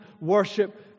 worship